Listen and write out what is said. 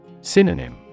Synonym